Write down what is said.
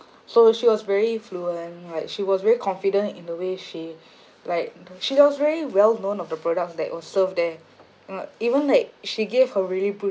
so she was very fluent like she was very confident in the way she like she was very well known of the products that were served there uh even like she gave her really bru~